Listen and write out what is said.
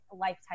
lifetime